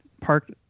parked